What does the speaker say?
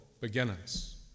beginnings